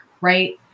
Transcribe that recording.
right